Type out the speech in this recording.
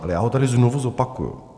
Ale já ho tady znovu zopakuju.